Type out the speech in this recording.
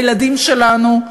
הילדים שלנו,